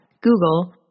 Google